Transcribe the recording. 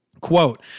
Quote